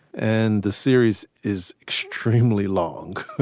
and the series is extremely long.